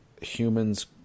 humans